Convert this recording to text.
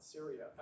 Syria